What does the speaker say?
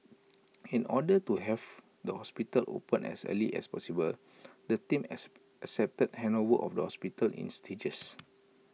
in order to have the hospital opened as early as possible the team as accepted handover of the hospital in stages